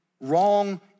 wrong